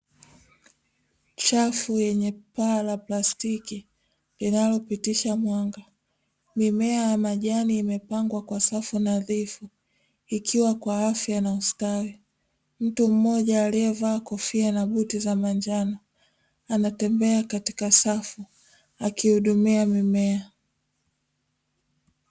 Chafu yenye paa la plastiki linalopitisha mwanga, mimea ya majani imepangwa kwa safu nadhifu ikiwa kwa afya na ustawi, mtu mmoja aliyevaa kofia na buti za manjano, anatembea katika safu akihudumia mimea.